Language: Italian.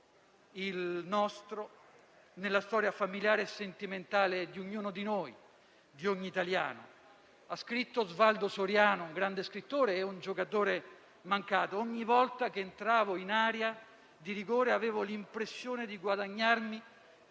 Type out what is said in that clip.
il nostro -, nella storia familiare e sentimentale di ognuno di noi, di ogni italiano. Osvaldo Soriano, un grande scrittore e un calciatore mancato, ha scritto: ogni volta che entravo in area di rigore avevo l'impressione di guadagnarmi